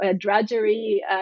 drudgery